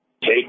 take